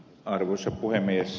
arvoisa puhemies